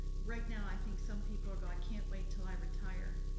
right now i think some people are going, i can't wait til i retire,